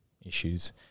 issues